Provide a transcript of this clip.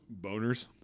Boners